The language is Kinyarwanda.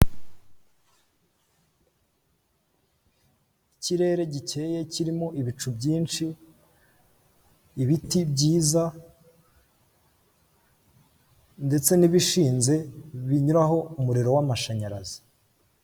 Ikirere gikeye kirimo ibicu byinshi ibiti byiza ndetse n'ibishinze binyuraho umuriro w'amashanyarazi.